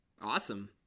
Awesome